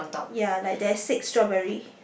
ya like there is six strawberry